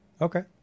Okay